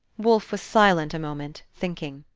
wolfe was silent a moment, thinking.